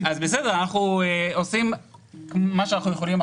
אנחנו עושים מה שאנחנו יכולים.